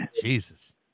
Jesus